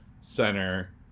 center